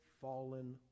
fallen